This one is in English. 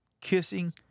kissing